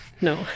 no